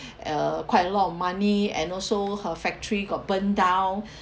uh quite a lot of money and also her factory got burned down